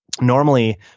normally